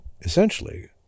essentially